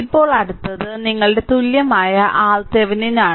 ഇപ്പോൾ അടുത്തത് നിങ്ങളുടെ തുല്യമായ RThevenin ആണ്